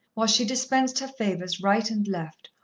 while she dispensed her favours right and left,